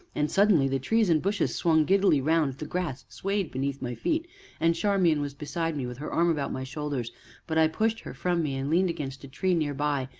and suddenly the trees and bushes swung giddily round the grass swayed beneath my feet and charmian was beside me with her arm about my shoulders but i pushed her from me, and leaned against a tree near by,